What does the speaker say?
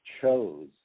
chose